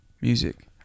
Music